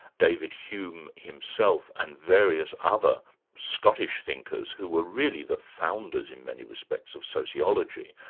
david hume himself and various other scottish thinkers who were really the founders, in many respects, of sociology,